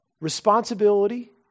responsibility